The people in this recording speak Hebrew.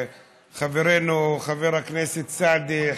חברנו חבר הכנסת סעדי,